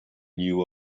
new